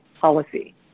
policy